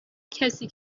کسی